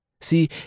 See